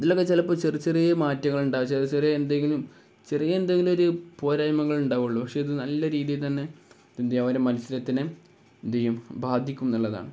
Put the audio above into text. ഇതിലൊക്കെ ചിലപ്പോള് ചെറിയ ചെറിയ മാറ്റങ്ങളുണ്ടാകും ചെറിയ ചെറിയ എന്തെങ്കിലും ചെറിയ എന്തെങ്കിലും ഒരു പോരായ്മകളേയുണ്ടാവുകയുള്ളൂ പക്ഷെ ഇത് നല്ല രീതിയിൽ തന്നെ എന്തു ചെയ്യും അവരുടെ മത്സരത്തിനെ എന്തുചെയ്യും ബാധിക്കുമെന്നുള്ളതാണ്